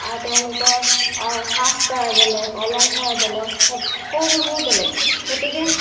তেওঁলোকৰ সাজ পাৰ বেলেগ অলংকাৰ বেলেগ সকলোবোৰ বেলেগ গতিকে